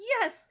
Yes